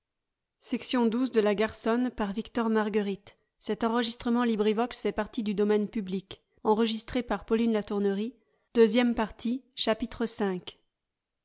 de la matière